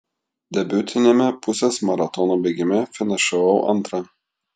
debiutiniame pusės maratono bėgime finišavau antra